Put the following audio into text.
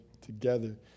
together